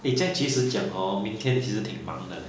then 这样其实讲 hor 明天其实挺忙的